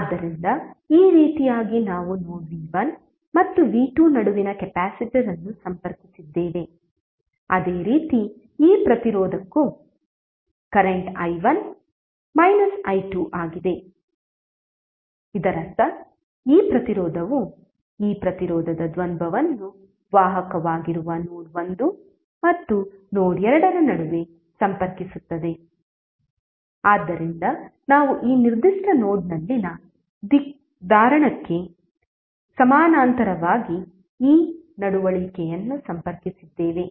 ಆದ್ದರಿಂದ ಈ ರೀತಿಯಾಗಿ ನಾವು ನೋಡ್ v1 ಮತ್ತು v2 ನಡುವಿನ ಕೆಪಾಸಿಟರ್ ಅನ್ನು ಸಂಪರ್ಕಿಸಿದ್ದೇವೆ ಅದೇ ರೀತಿ ಈ ಪ್ರತಿರೋಧಕ್ಕೂ ಕರೆಂಟ್ i1 ಮೈನಸ್ i2 ಆಗಿದೆ ಇದರರ್ಥ ಈ ಪ್ರತಿರೋಧವು ಈ ಪ್ರತಿರೋಧದ ದ್ವಂದ್ವವನ್ನು ವಾಹಕವಾಗಿರುವ ನೋಡ್ 1 ಮತ್ತು ನೋಡ್ 2 ನಡುವೆ ಸಂಪರ್ಕಿಸುತ್ತದೆ ಆದ್ದರಿಂದ ನಾವು ಈ ನಿರ್ದಿಷ್ಟ ನೋಡ್ನಲ್ಲಿನ ಧಾರಣಕ್ಕೆ ಸಮಾನಾಂತರವಾಗಿ ಈ ನಡವಳಿಕೆಯನ್ನು ಸಂಪರ್ಕಿಸಿದ್ದೇವೆ